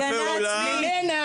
הגנה עצמית.